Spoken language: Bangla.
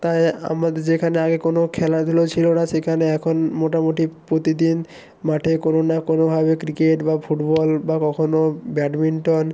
তাই আমাদের যেখানে আগে কোনো খেলাধুলা ছিলো না সেখানে এখন মোটামোটি প্রতিদিন মাঠে কোনো না কোনোভাবে ক্রিকেট বা ফুটবল বা কখনও ব্যাডমিন্টন